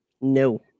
No